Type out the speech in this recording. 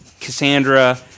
Cassandra